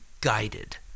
guided